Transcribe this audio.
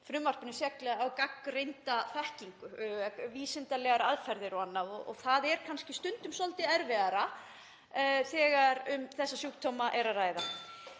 frumvarpinu, á gagnreynda þekkingu, vísindalegar aðferðir og annað; það er kannski stundum svolítið erfiðara þegar um þessa sjúkdóma er að ræða.